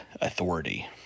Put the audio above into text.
authority